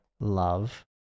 Love